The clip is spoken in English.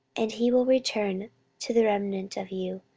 and he will return to the remnant of you,